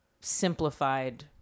simplified